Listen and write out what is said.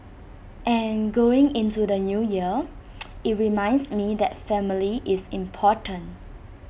and going into the New Year IT reminds me that family is important